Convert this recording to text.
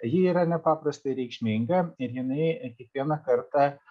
ji yra nepaprastai reikšminga ir jinai ir kiekvieną kartą